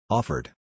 Offered